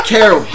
Carol